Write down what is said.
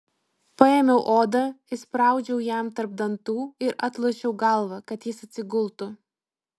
paėmiau odą įspraudžiau jam tarp dantų ir atlošiau galvą kad jis atsigultų